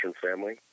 family